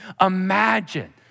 imagine